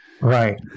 Right